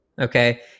okay